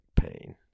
pain